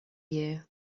you